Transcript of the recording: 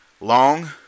long